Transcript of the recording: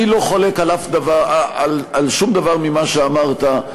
אני לא חולק על שום דבר ממה שאמרת.